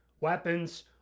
weapons